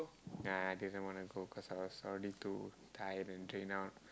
ya I didn't want to go because I was already too tired and drained out